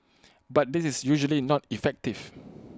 but this is usually not effective